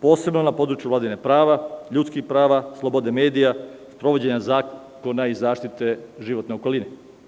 Posebno na području vladavine prava, ljudskih prava, slobode medija, sprovođenja zakona i zaštite životne okoline.